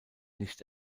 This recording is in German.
nicht